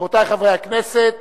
רבותי חברי הכנסת,